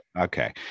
Okay